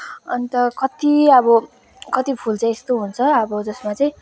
अन्त कति अब कति फुल चाहिँ यस्तो हुन्छ अब जसमा चाहिँ